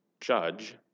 judge